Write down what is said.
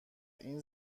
این